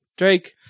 Drake